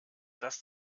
dass